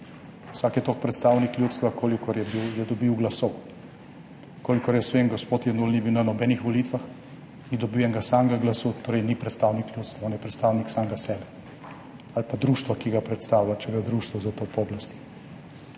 Vsak je toliko predstavnik ljudstva, kolikor je dobil glasov. Kolikor jaz vem, gospod Jenull ni bil na nobenih volitvah, ni dobil enega samega glasu, torej ni predstavnik ljudstva. On je predstavnik samega sebe ali pa društva, ki ga predstavlja, če ga društvo za to pooblasti.